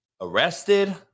arrested